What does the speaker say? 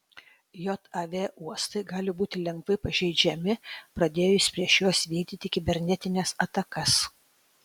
jav uostai gali būti lengvai pažeidžiami pradėjus prieš juos vykdyti kibernetines atakas